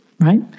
right